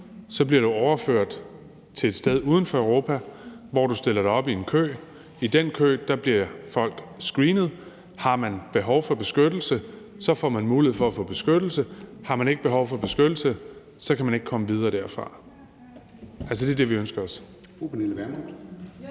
bliver du overført til et sted uden for Europa, hvor du stiller dig op i en kø. I den kø bliver folk screenet. Har man behov for beskyttelse, får man mulighed for at få beskyttelse. Har man ikke behov for beskyttelse, kan man ikke komme videre derfra. Det er det, vi ønsker os.